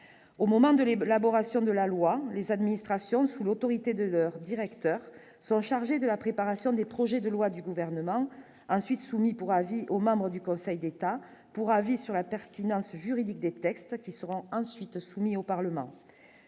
au moment de l'Ebola Bora. De la loi, les administrations, sous l'autorité de leur directeur sont chargés de la préparation des projets de loi du gouvernement ensuite soumis pour avis aux membres du Conseil d'État pour avis sur la pertinence juridique des textes qui seront ensuite soumis au Parlement,